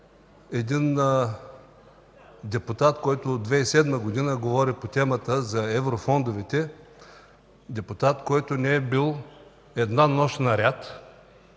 един депутат, който от 2007 г. говори по темата за еврофондовете. Депутат, който не е бил една нощ наряд,